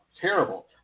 terrible